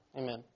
amen